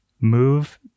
move